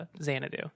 Xanadu